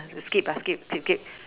escape escape cape cape